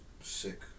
sick